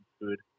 food